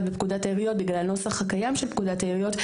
בפקודת העיריות בגלל הנוסח הקיים של פקודת העיריות.